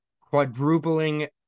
quadrupling